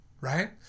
right